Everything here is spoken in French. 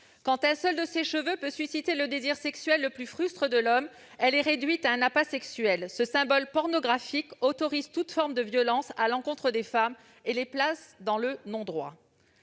Quand un seul de ses cheveux peut susciter le désir sexuel le plus fruste de l'homme, elle est réduite à un appât sexuel. Ce symbole pornographique autorise toute forme de violence à l'encontre des femmes et les place dans le non-droit.